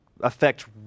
affect